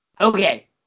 Okay